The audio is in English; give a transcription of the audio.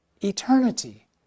eternity